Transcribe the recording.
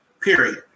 Period